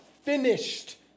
finished